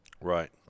Right